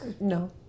No